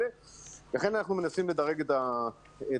לכן אנחנו מנסים לדרג את הסיכון.